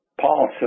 Paul